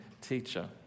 teacher